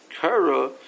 kara